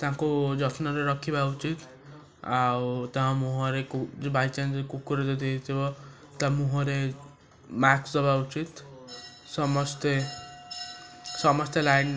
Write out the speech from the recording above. ତାଙ୍କୁ ଯତ୍ନରେ ରଖିବା ଉଚିତ୍ ଆଉ ତାଙ୍କ ମୁହଁରେ କୁ ବାଇ ଚାନ୍ସ କୁକୁର ଯଦି ଥିବ ତା'ମୁହଁରେ ମାସ୍କ ଦେବା ଉଚିତ୍ ସମସ୍ତେ ସମସ୍ତେ ଲାଇନ୍